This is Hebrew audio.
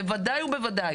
בוודאי ובוודאי.